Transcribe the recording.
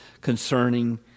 concerning